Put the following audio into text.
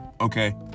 okay